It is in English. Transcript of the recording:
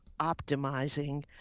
optimizing